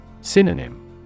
Synonym